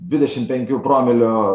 dvidešim penkių promilių